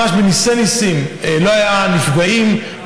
ממש בניסי-ניסים לא היו נפגעים,